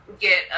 get